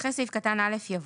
אחרי סעיף קטן (א) יבוא: